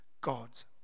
God's